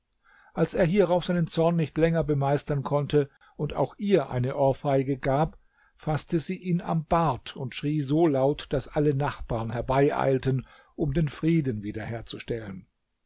als er hierauf seinen zorn nicht länger bemeistern konnte und auch ihr eine ohrfeige gab faßte sie ihn am bart und schrie so laut daß alle nachbarn herbeieilten um den frieden